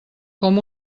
com